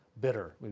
bitter